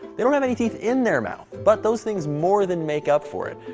they don't have any teeth in their mouth, but those things more than make up for it.